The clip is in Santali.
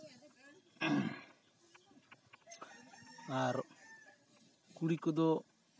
ᱟᱨ ᱠᱩᱲᱤ ᱠᱚᱫᱚ